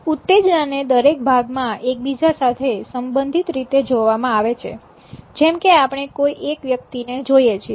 ઉત્તેજનાને દરેક ભાગમાં એકબીજા સાથે સંબંધિત રીતે જોવામાં આવે છે જેમ કે આપણે કોઈ એક વ્યક્તિને જોઈએ છીએ